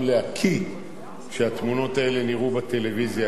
להקיא כשהתמונות האלה נראו בטלוויזיה,